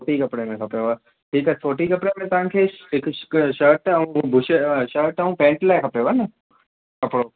सोटी कपिड़े में खपेव ठीकु आहे सोटी कपिड़े में तव्हांखे शि हिकु की शर्ट ऐं बुशे शर्ट ऐं पैंट लाइ खपेव न कपिड़ो